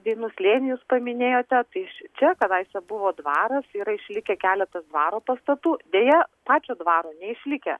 dainų slėnį jūs paminėjote tai iš čia kadaise buvo dvaras yra išlikę keletas dvaro pastatų deja pačio dvaro neišlikę